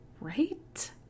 Right